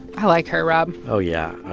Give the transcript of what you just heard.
i like her, rob oh, yeah. i